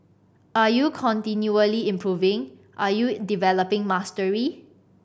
are you continually improving are you developing mastery